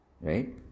Right